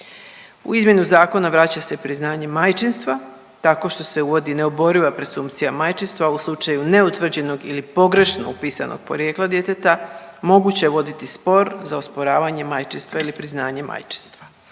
U izmjenu zakona vraća se priznanje majčinstva tako što se uvodi neoboriva presumpcija majčinstva u slučaju neutvrđenog ili pogrešno upisanog porijekla djeteta, moguće je voditi spor za osporavanje majčinstva ili priznanje majčinstva.